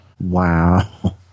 Wow